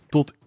Tot